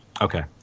Okay